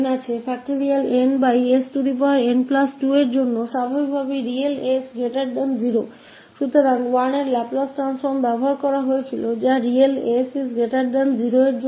𝑠𝑛1 और स्थिति स्वाभाविकता हमारे पास यहाँ है की रियल s0 तो 1 का लाप्लास ट्रांसफॉर्म उपयोग किया गया जो की वैध है रियल s0